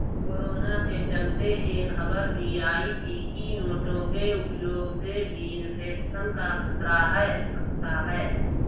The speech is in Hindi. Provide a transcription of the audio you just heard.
कोरोना के चलते यह खबर भी आई थी की नोटों के उपयोग से भी इन्फेक्शन का खतरा है सकता है